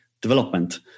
development